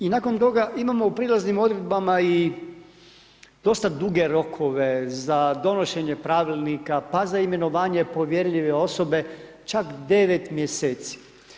I nakon toga imamo u prijelaznim odredbama i dosta duge rokove, za donošenje pravilnika, pa za imenovanje povjerljive osobe čak 9 mjeseci.